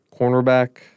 cornerback